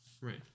Right